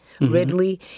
Ridley